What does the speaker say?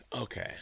Okay